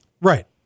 Right